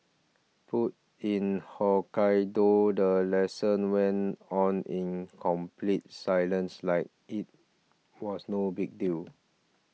but in Hokkaido the lesson went on in complete silence like it was no big deal